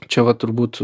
čia vat turbūt